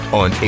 on